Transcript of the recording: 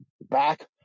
back